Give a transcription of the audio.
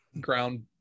ground